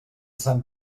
sant